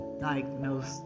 diagnosed